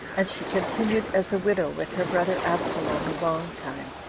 and she continued as a widow with her brother absalom a long time.